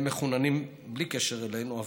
הם מחוננים בלי קשר אלינו,